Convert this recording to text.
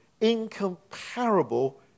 incomparable